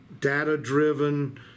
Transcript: data-driven